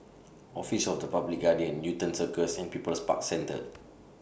Office of The Public Guardian Newton Circus and People's Park Centre